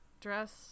dress